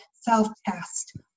self-test